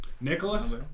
Nicholas